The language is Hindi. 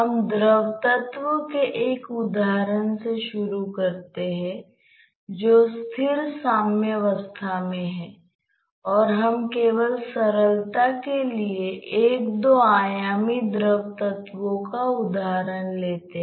हम देखेंगे कि यह गणितीय नहीं है गणितीय रूप से परिभाषित आदर्शवादी समस्या है